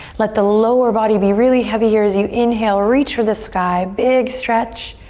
let the lower body be really heavy here as you inhale, reach for the sky, big stretch.